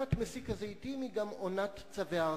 עונת מסיק הזיתים היא גם עונת צווי ההרחקה,